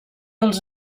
els